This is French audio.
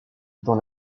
dans